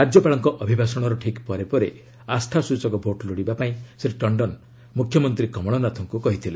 ରାଜ୍ୟପାଳଙ୍କ ଅଭିଭାଷଣର ଠିକ୍ ପରେ ପରେ ଆସ୍ଥାସୂଚକ ଭୋଟ୍ ଲୋଡିବା ପାଇଁ ଶ୍ରୀ ଟଣ୍ଡନ ମୁଖ୍ୟମନ୍ତ୍ରୀ କମଳନାଥଙ୍କୁ କହିଥିଲେ